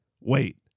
Wait